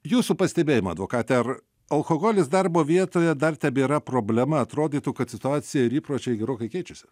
jūsų pastebėjimai advokate ar alkoholis darbo vietoje dar tebėra problema atrodytų kad situacija ir įpročiai gerokai keičiasi